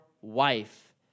wife